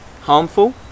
harmful